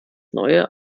neue